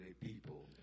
people